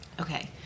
Okay